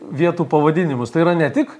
vietų pavadinimus tai yra ne tik